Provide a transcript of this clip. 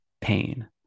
pain